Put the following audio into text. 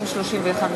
בעד, 31,